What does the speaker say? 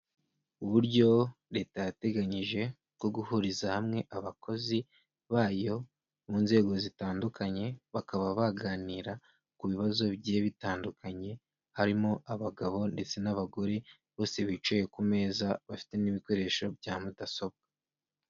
Uburyo leta yateganyije bwo guhuriza hamwe abakozi bayo mu nzego zitandukanye, bakaba baganira ku bibazo bigiye bitandukanye, harimo abagabo ndetse n'abagore bose bicaye ku meza bafite n'ibikoresho bya mudasobwa.